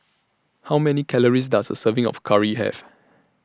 How Many Calories Does A Serving of Curry Have